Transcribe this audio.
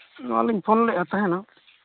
ᱮᱱᱟᱱᱞᱤᱧ ᱯᱷᱳᱱᱞᱮᱫ ᱛᱟᱦᱮᱱᱟ